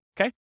Okay